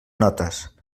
notes